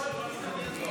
שר ירושלים היה,